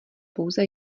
pouze